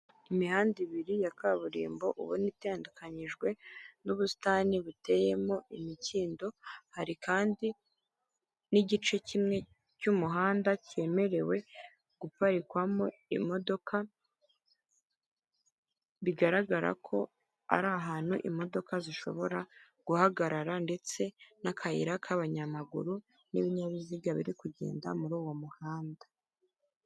Imihanda ibiri ya kaburimbo ubona itandukanijwe n'ubusitani buteyemo imikindo hari kandi n'igice kimwe cy'umuhanda cyemerewe guparikwamo imodoka bigaragara ko ari ahantu imodoka zishobora guhagarara ndetse n'akayira k'abanyamaguru n'ibinyabiziga biri kugenda muri uwo muhanda.